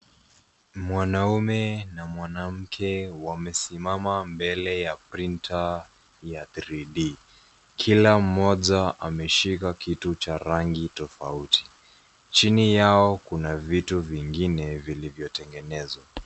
Mwanaume na mwanamke wamesimama mbele ya printer ya 3D. KIla mmoja ameshika kitu cha rangi tofauti. Chini yao kuna vitu vingine vilivyotengenezwa.